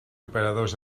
operadors